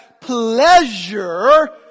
pleasure